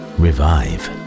revive